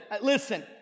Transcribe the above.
listen